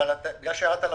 בגלל שירדת לפרטנות,